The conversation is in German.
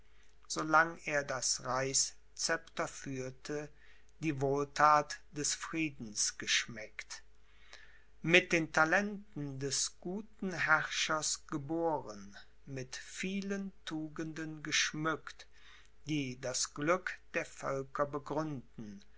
reichsscepter führte die wohlthat des friedens geschmeckt mit den talenten des guten herrschers geboren mit vielen tugenden geschmückt die das glück der völker begründen